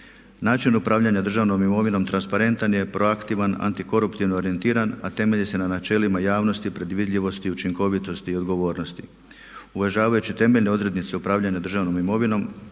Način upravljanja državnom imovinom transparentan je, pro aktivan, anti koruptivno orijentiran a temelji se na načelima javnosti, predvidljivosti, učinkovitosti i odgovornosti uvažavajući temeljne odrednice upravljanja državnom imovinom.